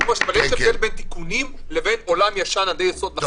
יש הבדל בין תיקונים לבין עולם ישן עד היסוד.